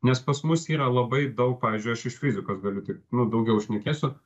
nes pas mus yra labai daug pavyzdžiui aš iš fizikos galiu tik nu daugiau šnekėsiu